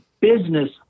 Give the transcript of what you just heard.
business